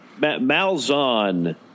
Malzahn